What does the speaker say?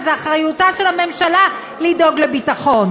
וזו אחריותה של הממשלה לדאוג לביטחון.